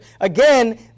again